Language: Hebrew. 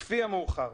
לפי המאוחר.